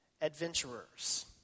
adventurers